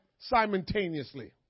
simultaneously